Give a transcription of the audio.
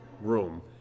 room